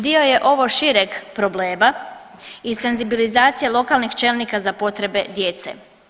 Dio je ovo šireg problema i senzibilizacija lokalnih čelnika za potrebe djece.